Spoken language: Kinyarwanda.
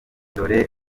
dore